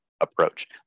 approach